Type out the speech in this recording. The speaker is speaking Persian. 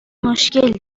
مشکل